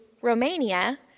Romania